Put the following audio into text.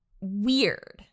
weird